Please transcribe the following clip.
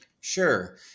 Sure